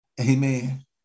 Amen